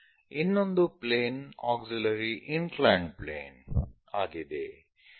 ಇನ್ನೊಂದು plane auxiliary inclined plane ಆಗಿದೆ